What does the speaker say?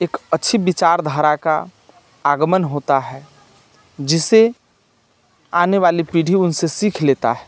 एक अच्छी विचारधारा का आगमन होता है जिससे आनी वाली पीढ़ी उनसे सीख लेता है